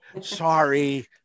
sorry